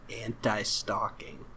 Anti-stalking